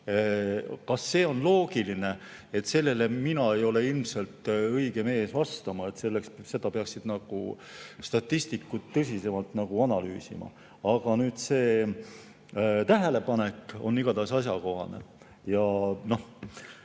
suureks on loogiline, sellele ei ole mina ilmselt õige mees vastama, seda peaksid statistikud tõsisemalt analüüsima. Aga see tähelepanek on igatahes asjakohane.